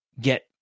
get